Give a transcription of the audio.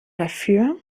dafür